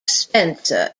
spencer